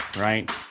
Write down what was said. Right